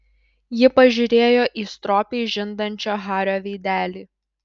ji pažiūrėjo į stropiai žindančio hario veidelį